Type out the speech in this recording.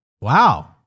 Wow